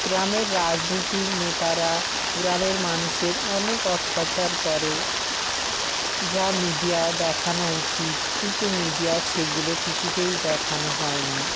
গ্রামের রাজনীতির নেতারা গ্রামের মানুষের অনেক অত্যাচার করে যা মিডিয়ার দেখানো উচিত কিন্তু মিডিয়ায় সেগুলো কিছুতেই দেখানো হয় না